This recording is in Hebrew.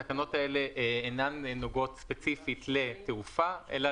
התקנות האלה אינן נוגעות ספציפית לתעופה אלא